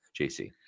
JC